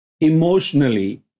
emotionally